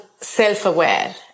self-aware